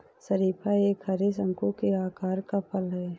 शरीफा एक हरे, शंकु के आकार का फल है